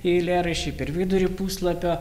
eilėraščiai per vidurį puslapio